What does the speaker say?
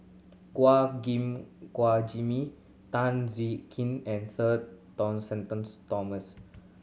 Gua Gim Guan Jimmy Tan Siew Kin and Sir Thomas